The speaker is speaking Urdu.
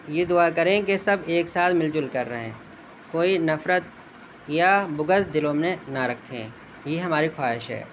یہ دعا کریں کہ سب ایک ساتھ مل جل کر رہیں کوئی نفرت یا بغض دلوں میں نہ رکھیں یہ ہماری خواہش ہے